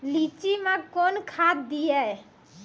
लीची मैं कौन खाद दिए?